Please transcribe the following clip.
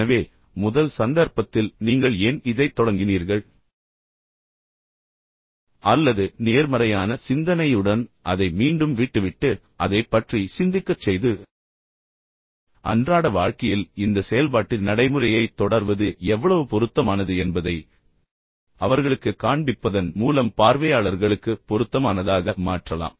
எனவே முதல் சந்தர்ப்பத்தில் நீங்கள் ஏன் இதைத் தொடங்கினீர்கள் அல்லது நேர்மறையான சிந்தனையுடன் அதை மீண்டும் விட்டுவிட்டு அதைப் பற்றி சிந்திக்கச் செய்து அன்றாட வாழ்க்கையில் இந்த செயல்பாட்டு நடைமுறையைத் தொடர்வது எவ்வளவு பொருத்தமானது என்பதை அவர்களுக்குக் காண்பிப்பதன் மூலம் பார்வையாளர்களுக்கு பொருத்தமானதாக மாற்றலாம்